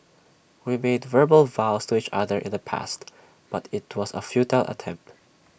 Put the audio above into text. we made verbal vows to each other in the past but IT was A futile attempt